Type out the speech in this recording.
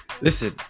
Listen